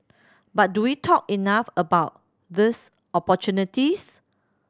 but do we talk enough about this opportunities